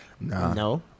No